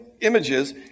images